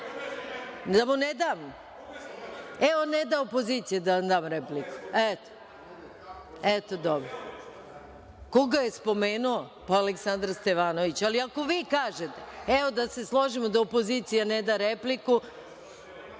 mu ne dam? Evo, ne da opozicija da vam dam repliku. Koga je spomenuo? Aleksandra Stevanovića, ali ako vi kažete… evo da se složimo da opozicija ne da repliku.